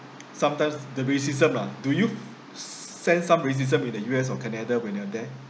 sometimes the racism lah do you sense some racism in the U_S or canada when you were there